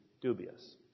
dubious